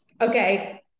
okay